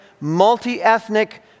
multi-ethnic